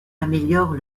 améliorent